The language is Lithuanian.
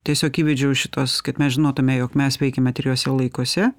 tiesiog įvedžiau šituos kad mes žinotume jog mes veikiame trijuose laikuose